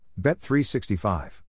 Bet365